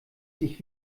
sich